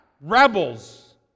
Rebels